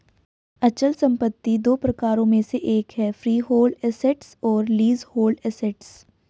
अचल संपत्ति दो प्रकारों में से एक है फ्रीहोल्ड एसेट्स और लीजहोल्ड एसेट्स